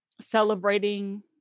celebrating